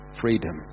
freedom